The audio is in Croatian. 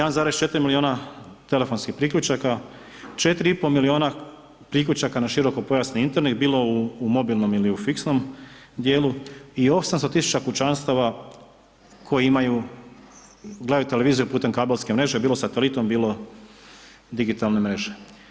1,4 milijuna telefonskih priključaka, 4,5 milijuna priključaka na širokopojasni Internet, bilo u mobilnom ili u fiksnom djelu i 800 000 kućanstava koje imaju, gledaju televiziju putem kabelske mreže, bilo satelitom bilo digitalne mreže.